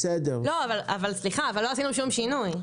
לא אבל סליחה, אבל לא עשינו שום שינוי.